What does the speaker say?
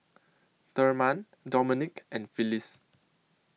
Thurman Domonique and Phyllis